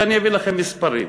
ואני אביא לכם מספרים.